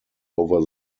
over